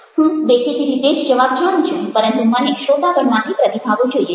હું દેખીતી રીતે જ જવાબ જાણું છું પરંતુ મને શ્રોતાગણમાંથી પ્રતિભાવો જોઈએ છે